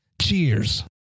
Cheers